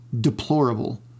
deplorable